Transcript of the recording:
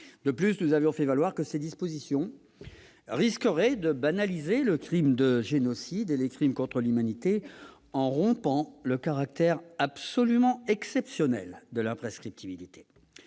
De plus, nous avons fait valoir que ces dispositions risqueraient de banaliser le crime de génocide et les crimes contre l'humanité en rompant le caractère absolument exceptionnel de l'imprescriptibilité.